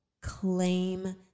claim